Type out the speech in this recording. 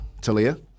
Talia